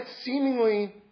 seemingly